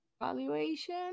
evaluation